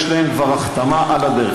יש להם כבר הכתמה על הדרך.